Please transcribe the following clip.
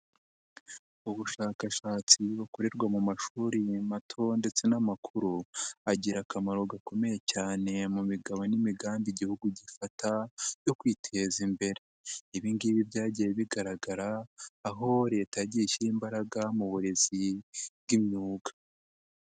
Ubushakashatsi bukorerwa mu mashuri mato ndetse n'amakuru, agira akamaro gakomeye cyane mu migabo n'imigambi Igihugu gifata yo kwiteza imbere, ibi ngibi byagiye bigaragara, aho Leta yagiye ishyira imbaraga mu burezi bw'imyuga.